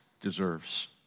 deserves